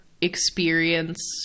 experience